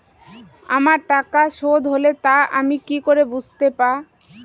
আমার টাকা শোধ হলে তা আমি কি করে বুঝতে পা?